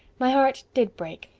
my heart did break,